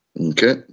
Okay